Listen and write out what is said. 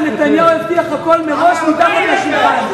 ונתניהו הבטיח הכול מראש מתחת לשולחן.